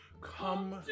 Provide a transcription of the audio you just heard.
come